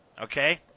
okay